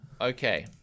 Okay